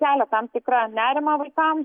kelia tam tikrą nerimą vaikams